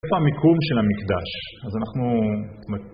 איפה המיקום של המקדש? אז אנחנו...